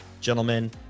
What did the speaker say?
gentlemen